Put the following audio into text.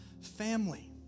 family